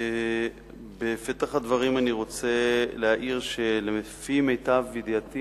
בפתח הדברים אני רוצה להעיר שלפי מיטב ידיעתי,